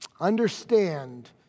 Understand